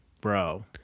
bro